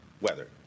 weather